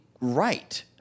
right